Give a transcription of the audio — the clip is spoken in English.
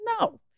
No